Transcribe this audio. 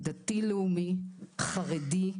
דתי לאומי, חרדי,